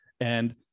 And-